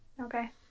Okay